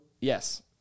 Yes